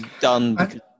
done